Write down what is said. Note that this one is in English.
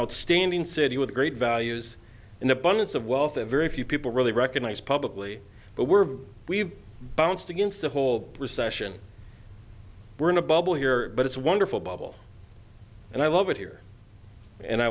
outstanding city with great values an abundance of wealth a very few people really recognise publicly but we're we've bounced against the whole recession we're in a bubble here but it's wonderful bubble and i love it here and i